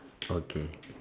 okay